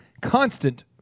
constant